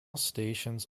stations